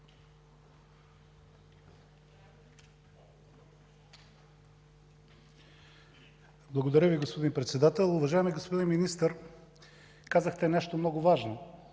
Благодаря Ви, господин Председател. Уважаеми господин Министър, казахте нещо много важно